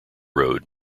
road